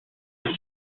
area